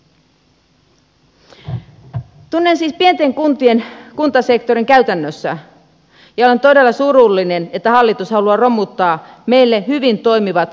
tunnen siis pienten kuntien kuntasektorin käytännössä ja olen todella surullinen että hallitus haluaa romuttaa meillä hyvin toimivat kohtuuhintaiset mallit